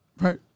Right